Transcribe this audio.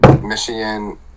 Michigan